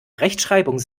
rechtschreibung